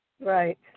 Right